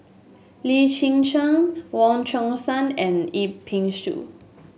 Lim Chwee Chian Wong Chong Sai and Yip Pin Xiu